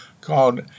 called